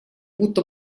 будто